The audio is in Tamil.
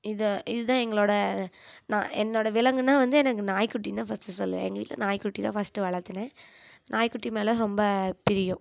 இதை இதுதான் எங்களோட நான் என்னோட விலங்குன்னா வந்து எனக்கு நாய்க்குட்டின்தான் ஃபர்ஸ்டு சொல்லுவேன் எங்கள் வீட்டில் நாய்க்குட்டிதான் ஃபர்ஸ்டு வளத்துனேன் நாய்க்குட்டி மேலே ரொம்ப பிரியம்